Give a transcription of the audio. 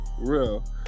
real